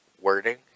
wording